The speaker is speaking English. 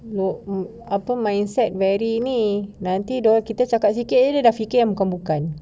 apa mindset very ini nanti kita orang cakap sikit dia orang dah fikir yang bukan-bukan